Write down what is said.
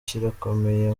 kirakomeye